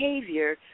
behavior